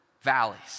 valleys